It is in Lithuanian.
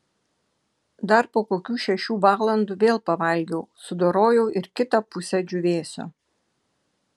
dar po kokių šešių valandų vėl pavalgiau sudorojau ir kitą pusę džiūvėsio